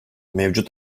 mevcut